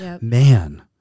Man